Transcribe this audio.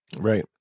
Right